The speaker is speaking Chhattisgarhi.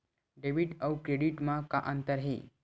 डेबिट अउ क्रेडिट म का अंतर हे?